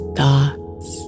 thoughts